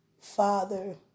Father